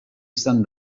izan